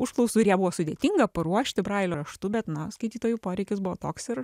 užklausų ir ją buvo sudėtinga paruošti brailio raštu bet na skaitytojų poreikis buvo toks ir